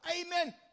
Amen